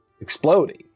exploding